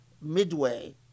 midway